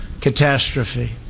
catastrophe